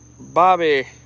bobby